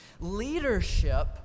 Leadership